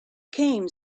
came